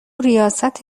ریاست